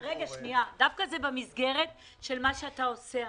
זה דווקא במסגרת של מה שאתה עושה עכשיו.